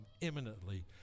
imminently